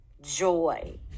joy